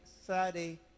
Saturday